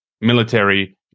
military